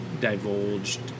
divulged